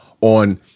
on